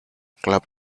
club